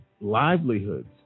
livelihoods